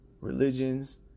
religions